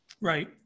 Right